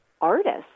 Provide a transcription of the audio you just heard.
artists